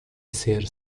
ser